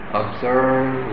observe